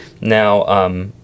Now